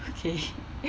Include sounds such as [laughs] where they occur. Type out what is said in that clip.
okay [laughs]